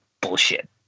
bullshit